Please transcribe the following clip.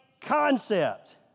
concept